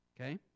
Okay